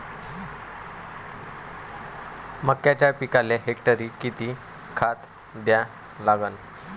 मक्याच्या पिकाले हेक्टरी किती खात द्या लागन?